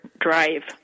drive